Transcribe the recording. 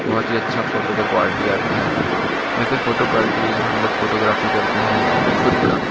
बहुत ही अच्छा फ़ोटो का क्वालिटी आता है जैसे फ़ोटो क्वालिटी हम लोग फ़ोटोग्राफ़ी करते हैं ख़ुद का